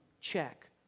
check